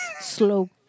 slow